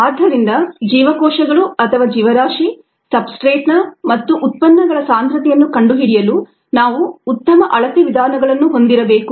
ಆದ್ದರಿಂದ ಜೀವಕೋಶಗಳು ಅಥವಾ ಜೀವರಾಶಿ ಸಬ್ಸ್ಟ್ರೇಟ್ಸ್ನ ಮತ್ತು ಉತ್ಪನ್ನಗಳ ಸಾಂದ್ರತೆಯನ್ನು ಕಂಡುಹಿಡಿಯಲು ನಾವು ಉತ್ತಮ ಅಳತೆ ವಿಧಾನಗಳನ್ನು ಹೊಂದಿರಬೇಕು